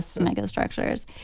megastructures